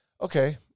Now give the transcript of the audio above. okay